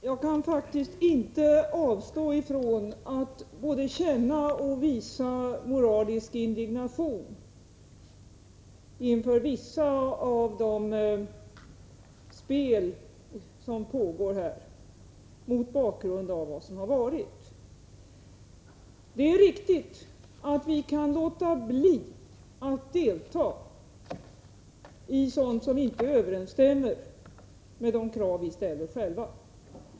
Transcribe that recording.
Herr talman! Jag kan faktiskt mot bakgrund av vad som har varit inte avstå från att både känna och visa moralisk indignation inför det spel som pågår här. Det är riktigt att vi kan låta bli att delta i sådant som inte överensstämmer med de krav som vi själva ställer.